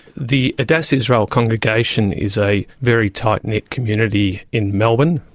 the adass israel congregation is a very tightknit community in melbourne.